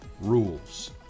rules